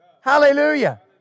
hallelujah